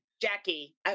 Jackie